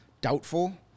doubtful